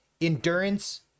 endurance